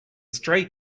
stray